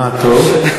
אה, טוב.